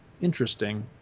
interesting